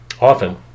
Often